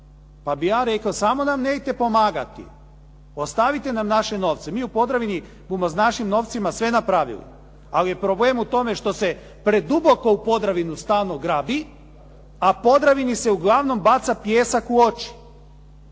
Pa bih ja rekao samo nam nemojte pomagati. Ostavite nam naše novce. Mi u Podravini bumo s našim novcima sve napravili, ali je problem u tome što se preduboko u Podravinu stalno grabi, a Podravini se uglavnom baca pijesak u oči.